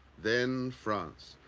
then france,